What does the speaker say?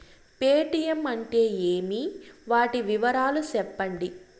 Paytm అంటే ఏమి, వాటి వివరాలు సెప్పండి?